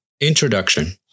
Introduction